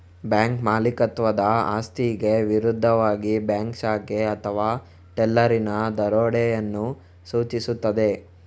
bank ಮಾಲೀಕತ್ವದ ಆಸ್ತಿಗೆ ವಿರುದ್ಧವಾಗಿ ಬ್ಯಾಂಕ್ ಶಾಖೆ ಅಥವಾ ಟೆಲ್ಲರಿನ ದರೋಡೆಯನ್ನು ಸೂಚಿಸುತ್ತದೆ